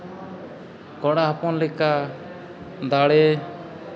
ᱠᱚᱲᱟ ᱦᱚᱯᱚᱱ ᱞᱮᱠᱟ ᱫᱟᱲᱮ